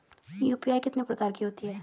UPI कितने प्रकार की होती हैं?